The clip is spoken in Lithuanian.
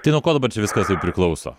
tai nuo ko dabar čia viskas ir priklauso